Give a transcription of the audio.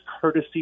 courtesy